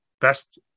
best